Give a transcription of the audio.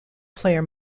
player